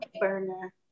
burner